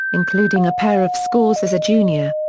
including a pair of scores as a junior.